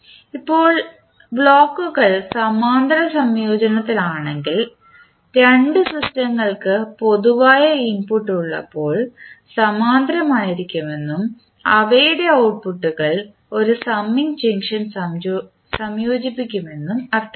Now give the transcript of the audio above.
ഇപ്പോൾ ബ്ലോക്കുകൾ സമാന്തര സംയോജനത്തിലാണെങ്കിൽ രണ്ട് സിസ്റ്റങ്ങൾക്ക് പൊതുവായ ഇൻപുട്ട് ഉള്ളപ്പോൾ സമാന്തരമായിരിക്കുമെന്നും അവയുടെ ഔട്ട്പുട്ട്കൾ ഒരു സമ്മിംഗ് ജംഗ്ഷൻ സംയോജിപ്പിക്കുമെന്നും അർത്ഥമാക്കുന്നു